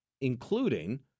including